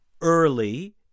early